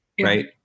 right